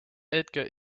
edgar